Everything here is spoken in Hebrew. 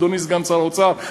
אדוני סגן שר האוצר,